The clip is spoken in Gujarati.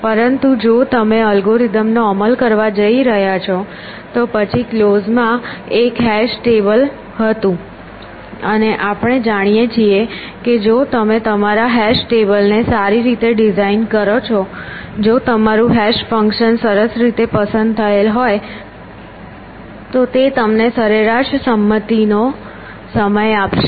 પરંતુ જો તમે એલ્ગોરિધમનો અમલ કરવા જઇ રહ્યા છો તો પછી ક્લોઝમાં એક હેશ ટેબલ હતું અને આપણે જાણીએ છીએ કે જો તમે તમારા હેશ ટેબલને સારી રીતે ડિઝાઇન કરો છો જો તમારું હેશ ફંક્શન સરસ રીતે પસંદ થયેલ હોય તો તે તમને સરેરાશ સંમતિનો સમય આપશે